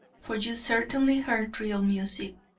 for you certainly heard real music.